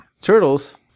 Turtles